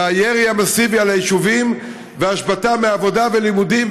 הירי המסיבי על היישובים וההשבתה מעבודה ולימודים,